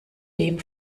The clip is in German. dem